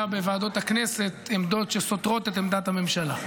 בוועדות הכנסת עמדות שסותרות את עמדת הממשלה.